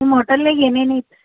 ನಿಮ್ಮ ಹೋಟೆಲ್ನ್ಯಾಗ ಏನೇನು ಐತೆ ರೀ